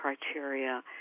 criteria